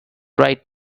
right